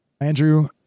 Andrew